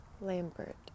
Lambert